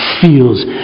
feels